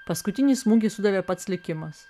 paskutinį smūgį sudavė pats likimas